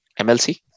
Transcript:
MLC